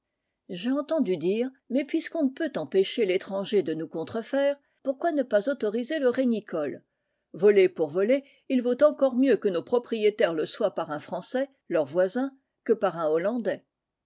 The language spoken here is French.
j'ai entendu dire mais puisqu'on ne peut empêcher l'étranger de nous contrefaire pourquoi ne pas autoriser le régnicole volés pour volés il vaut encore mieux que nos propriétaires le soient par un français leur voisin que par un hollandais